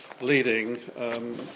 leading